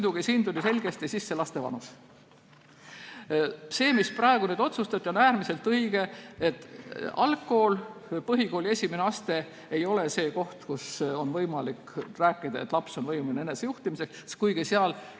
Kusjuures siin tuli selgesti sisse laste vanus. See, mida praegu otsustati, on äärmiselt õige, et algkool või põhikooli esimene aste ei ole see koht, kus on võimalik rääkida, et laps on võimeline enesejuhtimiseks, kuigi targad